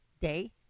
day